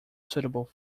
suitable